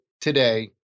today